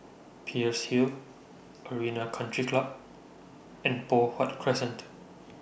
Peirce Hill Arena Country Club and Poh Huat Crescent